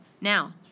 Now